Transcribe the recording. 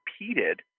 repeated